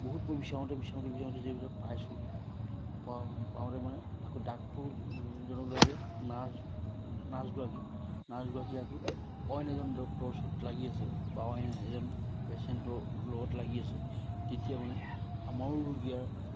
বহুত পৰ বিচাৰোঁতে বিচাৰোঁতে বিচাৰোঁতে যিহেতু পাইছোঁ পাওঁতে মানে আকৌ ডাক্তৰজনক লাগে নাৰ্ছ নাৰ্ছগৰাকী নাৰ্ছগৰাকী আকৌ অইন এজন ডক্টৰ ওচৰত লাগি আছে বা অন্য এজন পেচেণ্টৰ লগত লাগি আছে তেতিয়া মানে আমাৰো ৰুগীয়াৰ